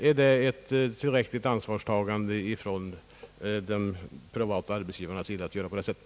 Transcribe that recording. Är det ett tillräckligt ansvarstagande från de privata arbetsgivarna att göra på det sättet?